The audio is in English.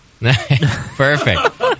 Perfect